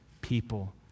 people